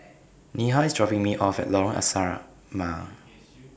Neha IS dropping Me off At Lorong Asrama